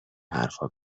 حرفا